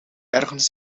ergens